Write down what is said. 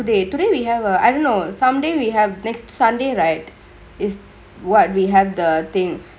or today we have err I dunno someday we have next sunday right is what we have the thingk